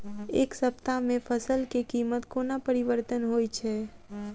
एक सप्ताह मे फसल केँ कीमत कोना परिवर्तन होइ छै?